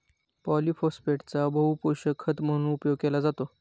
पॉलिफोस्फेटचा बहुपोषक खत म्हणून उपयोग केला जातो